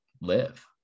live